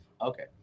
Okay